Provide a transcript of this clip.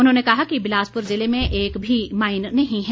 उन्होंने कहा कि बिलासपुर जिले में एक भी माइन नहीं है